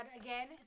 again